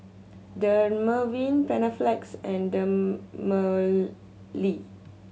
Dermaveen Panaflex and